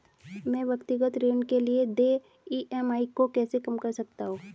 मैं व्यक्तिगत ऋण के लिए देय ई.एम.आई को कैसे कम कर सकता हूँ?